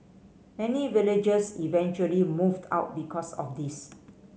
many villagers eventually moved out because of this